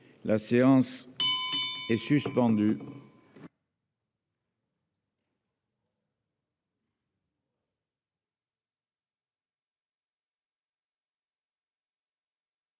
La séance. Est suspendu.